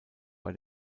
bei